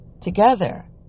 together